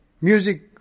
Music